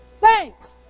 Thanks